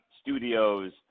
studios